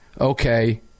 Okay